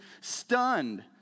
stunned